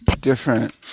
different